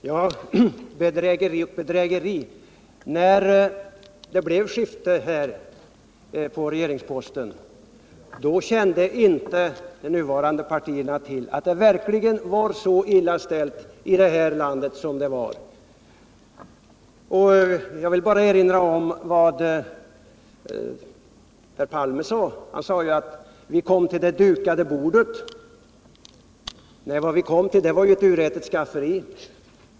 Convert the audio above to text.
Herr talman! Bedrägeri och bedrägeri! När det blev skifte på regeringsposterna kände de nuvarande regeringspartierna inte till att det var så illa ställt i det här landet som det verkligen var. Jag vill bara erinra om vad herr Palme sade, nämligen att vi kom till det dukade bordet. Nej, vad vi kom till var ett urätet skafferi!